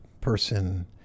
person